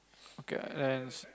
okay